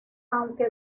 aunque